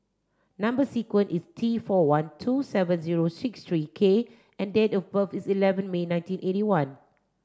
number sequence is T four one two seven zero six three K and date of birth is eleven May nineteen eighty one